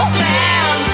man